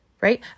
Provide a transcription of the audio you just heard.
right